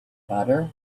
butter